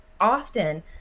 often